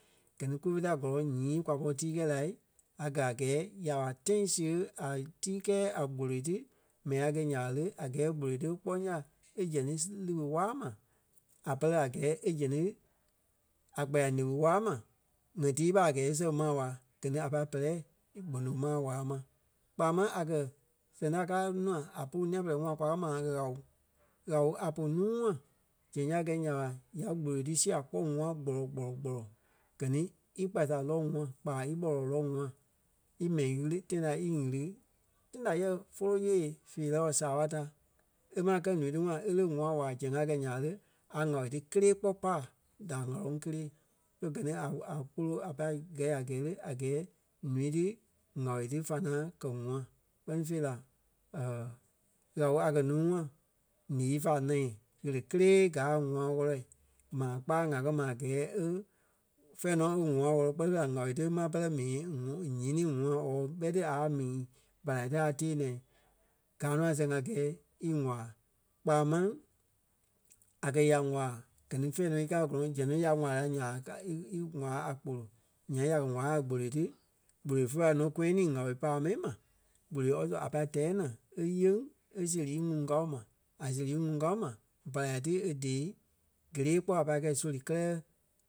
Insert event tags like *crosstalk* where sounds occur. Gɛ ni kufe ta gɔlɔŋ nyii kwa pɔri tii kɛi lai a gaa a gɛɛ ya wa tãi siɣe a tii kɛɛ a gboloi ti mɛni a kɛi nya ɓa le, a gɛɛ gboloi ti e kpɔŋ ya e zɛŋ ti liɓi waa maa a pɛlɛ a gɛɛ í zɛŋ ti; a kpɛɛ a liɓi waa ma ŋa tii ɓa a gɛɛ e sɛŋ maa waa. Gɛ ni a pai pɛlɛ gbono maa waa ma. Kpaa máŋ a kɛ̀ sɛŋ ta káa nûa a pú nîa pɛlɛɛ ŋua kwa kɛ́ ma ŋáɔ. ŋáɔ a pú núu ŋua zɛŋ ya gɛ̀ nya ɓa; ya gboloi ti sia kpɔ́ ŋ̀ua gbɔlɔ-gbɔlɔ-gbɔlɔ gɛ ni í kpa-saa lɔ ŋ̀ua kpaa í ɓɔlɔ lɔ ŋ̀ua í mɛi ɣiri tãi ta í ɣiri. Tãi da yɛ fólo yée feerɛ or saaɓa ta. E máŋ kɛ ǹúu ti ŋua e lí ŋ̀ua waa zɛŋ a kɛ nya ɓa le, a ŋáɔ ti kélee kpɔ́ paa da ŋ̀áloŋ kelee. So gɛ ni a- a- kpolo a pâi gɛi a gɛɛ le, a gɛɛ ǹúu ti ŋ̀áɔ ti fá ŋaŋ kɛ ŋ̀ua kpɛ́ni fêi la *hesitation* ŋáɔ a kɛ̀ ǹúu ŋua lîi fá nɛ̃ɛ ɣele kélee gaa ŋ̀ua wɔ̂lɛ maa kpáaŋ a kɛ̀ ma a gɛɛ e, fɛ̂ɛ nɔ e ŋ̀ua wɔ̂lɔ kpɛ́ fêi la ŋáɔ ti e máŋ pɛlɛ mii *unintelligible* ǹyêŋ ti ŋ̀ua or ɓɛi ti a mii balai ti a tèe naa. Gaa nɔ a sɛŋ a gɛɛ í waa kpaa máŋ, a kɛ̀ ya waa gɛ ni fɛ̂ɛ nɔ í káa a gɔ́lɔŋɔɔ zɛŋ ti ya waa la nya ɓa ga í- í- waa a kpolo. Nyaŋ ya kɛ waa a gboloi ti, gbolo fe pai nɔ kɔyanii ŋáɔ páa mɛni kpolo also a pâi tɛɛ naa e yeŋ e séri íŋuŋ kao ma. A séri íŋuŋ kao ma; balai ti e dee gelee kpɔ́ a pai kɛi sóli kɛlɛ